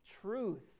truth